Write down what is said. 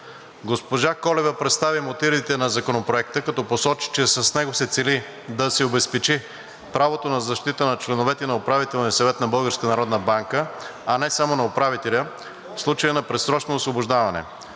Госпожа Колева представи мотивите към Законопроекта, като посочи, че с него се цели да се обезпечи правото на защита на членовете на Управителния съвет на Българската народна банка, а не само на управителя, в случай на предсрочно освобождаване.